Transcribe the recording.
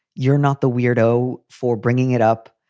you're not the weirdo for bringing it up.